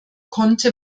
konnte